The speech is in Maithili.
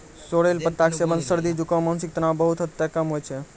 सोरेल पत्ता के सेवन सॅ सर्दी, जुकाम, मानसिक तनाव बहुत हद तक कम होय छै